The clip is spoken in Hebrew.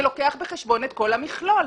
שלוקח בחשבון את כל המכלול.